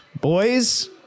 Boys